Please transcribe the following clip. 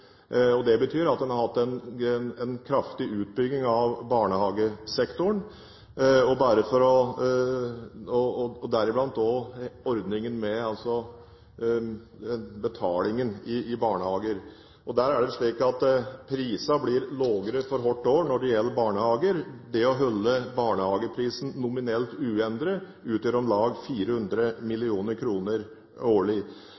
tjenester. Det betyr at en har hatt en kraftig utbygging av barnehagesektoren – og deriblant ordningen som gjelder betalingen i barnehager. Prisene blir lavere for hvert år når det gjelder barnehager. Det å holde barnehageprisen nominelt uendret utgjør om lag 400 mill. kr årlig.